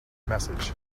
message